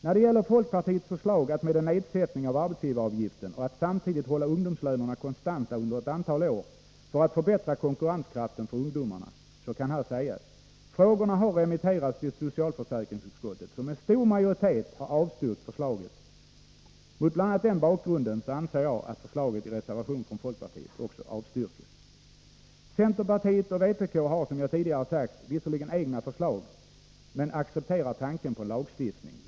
När det gäller folkpartiets förslag om en nedsättning av arbetsgivaravgiften och att samtidigt hålla ungdomslönerna konstanta under ett antal år för att förbättra konkurrenskraften för ungdomarna kan här sägas att förslaget har remitterats till socialförsäkringsutskottet, som med stor majoritet avstyrkt detsamma. Bl. a. mot den bakgrunden anser jag förslaget i reservationen från folkpartiet avstyrkt. Centerpartiet och vpk har, som jag tidigare sagt, visserligen egna förslag men accepterar tanken på en lagstiftning.